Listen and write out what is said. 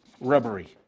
rubbery